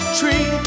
tree